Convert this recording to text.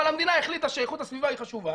אבל המדינה החליטה שאיכות הסביבה היא חשובה,